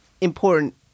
important